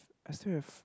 I still have